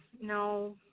no